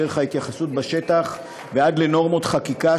דרך ההתייחסות בשטח ועד לנורמות חקיקה,